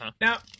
now